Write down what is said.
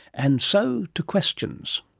and so to questions.